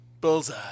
bullseye